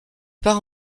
part